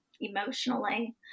emotionally